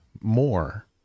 more